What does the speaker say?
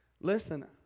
listen